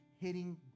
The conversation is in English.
hitting